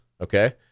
okay